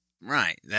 Right